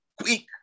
Quick